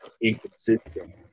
inconsistent